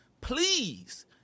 Please